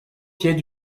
pied